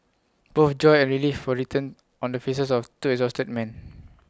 both joy and relief were written on the faces of two exhausted men